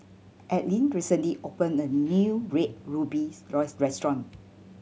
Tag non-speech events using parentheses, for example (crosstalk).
Adline recently opened a new Red Ruby (unintelligible) restaurant